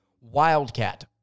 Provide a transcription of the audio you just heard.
Wildcat